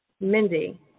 Mindy